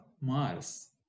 Mars